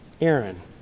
Aaron